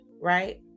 right